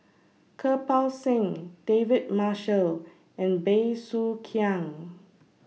Kirpal Singh David Marshall and Bey Soo Khiang